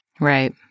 Right